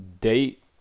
date